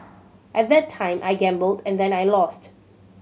at that time I gambled and then I lost